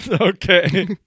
Okay